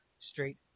straight